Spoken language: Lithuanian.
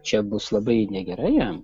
čia bus labai negerai jam